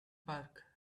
park